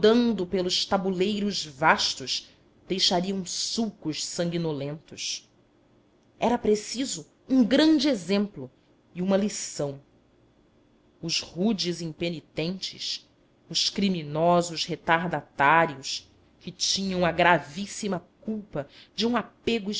rodando pelos tabuleiros vastos deixariam sulcos sanguinolentos era preciso um grande exemplo e uma lição os rudes impenitentes os criminosos retardatários que tinham a gravíssima culpa de um apego